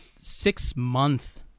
six-month